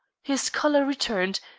his color returned,